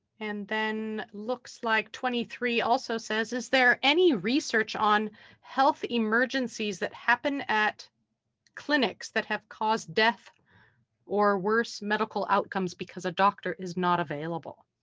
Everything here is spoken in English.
and then looks like twenty three also says, is there any research on health emergencies that happen at clinics that have caused death or worse medical outcomes because a doctor is not available?